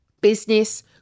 business